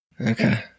Okay